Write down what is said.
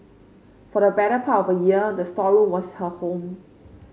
for the better part of a year the storeroom was her home